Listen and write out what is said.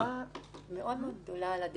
מאוד גדולה.